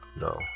No